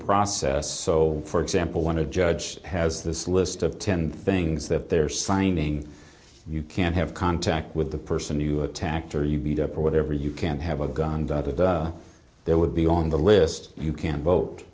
process so for example one a judge has this list of ten things that they're signing you can't have contact with the person you attacked or you beat up or whatever you can't have a gun the other day there would be on the list you can't vote